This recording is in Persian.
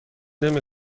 نمی